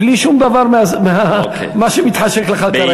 בלי שום דבר ממה שמתחשק לך כרגע.